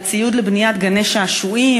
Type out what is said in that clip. על ציוד לבניית גני-שעשועים,